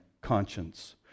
conscience